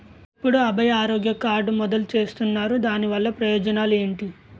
ఎప్పుడు అభయ ఆరోగ్య కార్డ్ మొదలు చేస్తున్నారు? దాని వల్ల ప్రయోజనాలు ఎంటి?